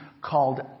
called